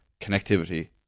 connectivity